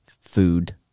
Food